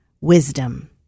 wisdom